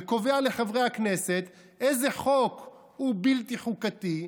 וקובע לחברי הכנסת איזה חוק הוא בלתי חוקתי,